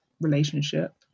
relationship